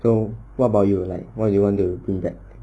so what about you like what you want to bring back